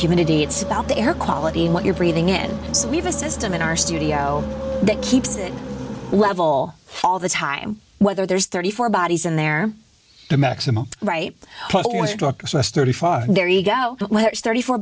humidity it's about the air quality in what you're breathing and so we have a system in our studio that keeps it level all the time whether there's thirty four dollars bodies in there the maximum right there you go thirty four